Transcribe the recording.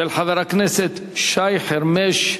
של חבר הכנסת שי חרמש,